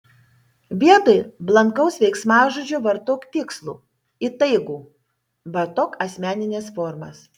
vietoj blankaus veiksmažodžio vartok tikslų įtaigų vartok asmenines formas